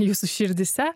jūsų širdyse